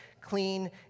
clean